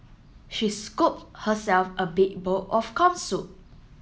she scooped herself a big bowl of corn soup